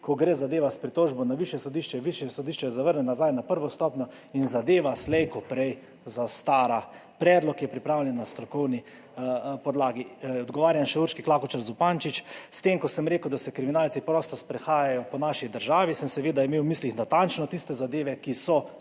ko gre zadeva s pritožbo na višje sodišče. Višje sodišče zavrne, nazaj na prvo stopnjo in zadeva slej ko prej zastara. Predlog je pripravljen na strokovni podlagi. Odgovarjam še Urški Klakočar Zupančič. S tem, ko sem rekel, da se kriminalci prosto sprehajajo po naši državi, sem seveda imel v mislih natančno tiste zadeve, ki so